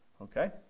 Okay